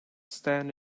stand